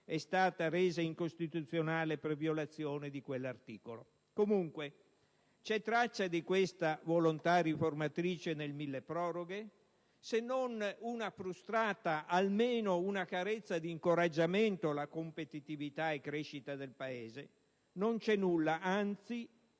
è stata dichiarata incostituzionale per violazione di quell'articolo. Comunque, c'è traccia di questa volontà riformatrice nel milleproroghe? Se non una frustata, almeno una carezza di incoraggiamento alla competitività e alla crescita del Paese? Non c'è nulla, anzi